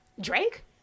Drake